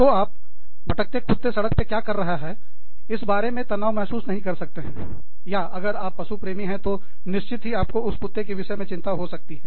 तो आप भटकते कुत्ता सड़क पर क्या कर रहा है इस बारे में तनाव महसूस नहीं कर सकते हैं या अगर आप पशु प्रेमी है तो निश्चित ही आपको इस कुत्ते के विषय में चिंता हो सकती है